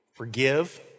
forgive